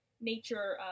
nature